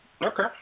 Okay